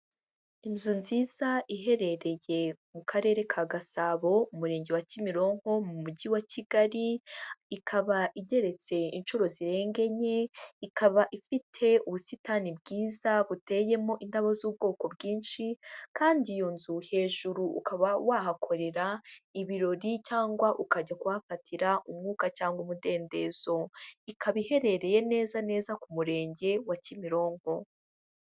Inzu nziza iherereye mu karere ka Gasabo, umurenge wa kimironko, mu mujyi wa kigali, ikaba igeretse inshuro zirenga enye, ikaba ifite ubusitani bwiza buteyemo indabo z'ubwoko bwinshi, kandi iyo nzu hejuru ukaba wahakorera ibirori cyangwa ukajya kuhafatira umwuka cyangwa umudendezo, ikaba iherereye neza neza ku murenge wa kimironko.